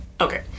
Okay